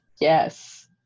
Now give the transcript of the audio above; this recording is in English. Yes